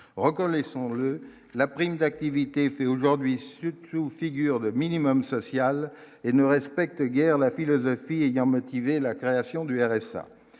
reconnaissons-le, la prime d'activité fait aujourd'hui surtout figure de minimum social et ne respectent guère la philosophie ayant motivé la création du RSA